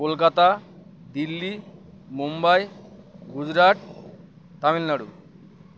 Kolkata Delhi Mumbai Gujarat Tamil Nadu